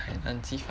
海南鸡饭